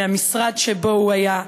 מהמשרד שבו הוא היה,